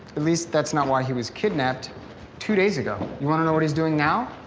at least, that's not why he was kidnapped two days ago. you want to know what he's doing now?